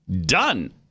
Done